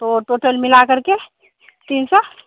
तो टोटल मिला करके तीन सौ